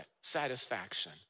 satisfaction